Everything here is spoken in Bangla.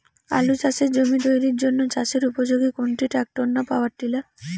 আলু চাষের জমি তৈরির জন্য চাষের উপযোগী কোনটি ট্রাক্টর না পাওয়ার টিলার?